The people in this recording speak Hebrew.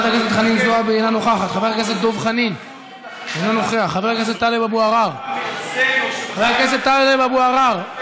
חבר הכנסת עבד אל חכים חאג' יחיא,